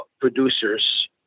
producers